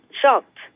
shocked